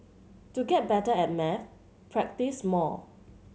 to get better at maths practise more